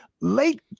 late